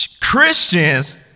Christians